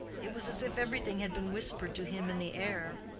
it was as if everything had been whispered to him in the air.